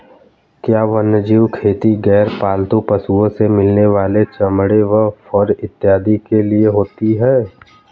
क्या वन्यजीव खेती गैर पालतू पशुओं से मिलने वाले चमड़े व फर इत्यादि के लिए होती हैं?